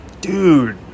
Dude